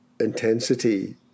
intensity